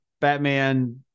batman